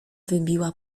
wybiła